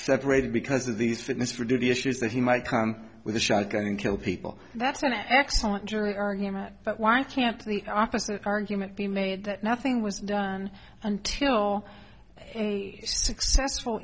separated because of these fitness for duty issues that he might come with a shotgun and kill people that's an excellent jury argument but one can't the opposite argument be made that nothing was done until a successful